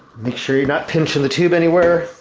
make sure you're not pinching the tube anywhere,